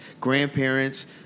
Grandparents